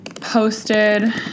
posted